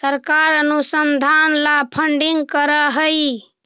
सरकार अनुसंधान ला फंडिंग करअ हई